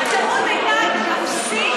הייתה אפסית